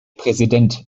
präsident